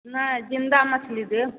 नहि ज़िन्दा मछली देब